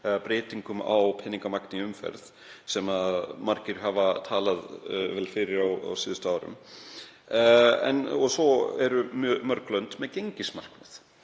breytingum á peningamagni í umferð, sem margir hafa talað fyrir á síðustu árum. Svo eru mörg lönd með gengismarkmið.